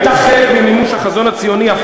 הייתה חלק ממימוש החזון הציוני.